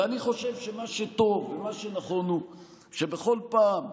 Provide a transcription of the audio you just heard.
ואני חושב שמה שטוב ומה שנכון הוא שבכל פעם,